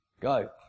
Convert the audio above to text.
go